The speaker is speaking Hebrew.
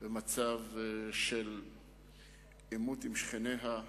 במצב של עימות עם שכניה.